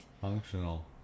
Functional